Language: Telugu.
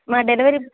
మా డెలివరీ